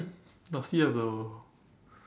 does he have the